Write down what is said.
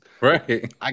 right